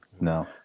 No